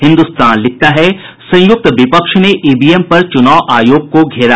हिन्दुस्तान लिखता है संयुक्त विपक्ष ने ईवीएम पर चुनाव आयोग को घेरा